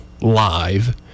live